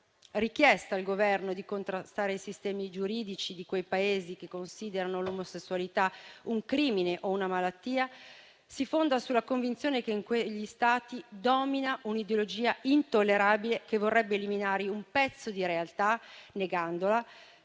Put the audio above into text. richiesta al Governo di contrastare i sistemi giuridici di quei Paesi che considerano l'omosessualità un crimine o una malattia si fonda sulla convinzione che in quegli Stati domina un'ideologia intollerabile, che vorrebbe eliminare un pezzo di realtà, negandola,